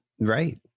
right